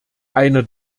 einer